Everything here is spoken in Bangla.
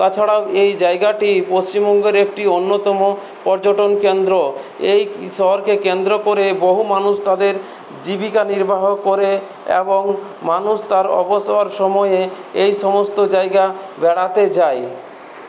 তাছাড়াও এই জায়গাটি পশ্চিমবঙ্গের একটি অন্যতম পর্যটন কেন্দ্র এই শহরকে কেন্দ্র করে বহু মানুষ তাদের জীবিকা নির্বাহ করে এবং মানুষ তার অবসর সময়ে এই সমস্ত জায়গা বেড়াতে যায়